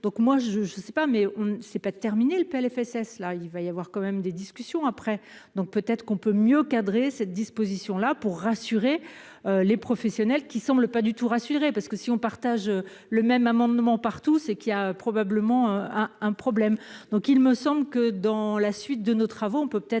donc moi je, je ne sais pas, mais on ne sait pas terminé le PLFSS là il va y avoir quand même des discussions après donc, peut-être qu'on peut mieux encadrer cette disposition là pour rassurer les professionnels qui semble pas du tout rassuré parce que si on partage le même amendement partout, c'est qu'il y a probablement un problème donc il me semble que dans la suite de nos travaux, on peut être